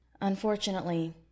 unfortunately